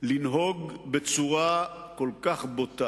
לנהוג בצורה כל כך בוטה,